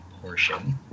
portion